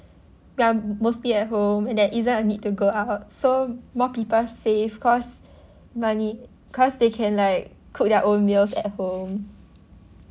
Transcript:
we're mostly at home and there isn't a need to go out so more people save cause money cause they can like cook their own meals at home